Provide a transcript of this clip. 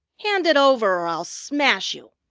hand it over, or i'll smash you!